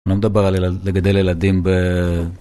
אני לא מדבר אל, לגדל ילדים ב...